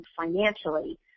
financially